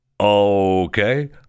Okay